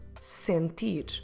sentir